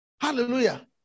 Hallelujah